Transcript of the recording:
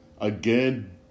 Again